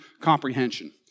comprehension